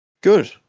good